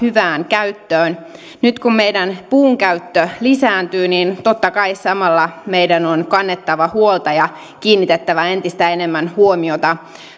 hyvään käyttöön nyt kun meidän puunkäyttö lisääntyy niin totta kai samalla meidän on kannettava huolta ja kiinnitettävä entistä enemmän huomiota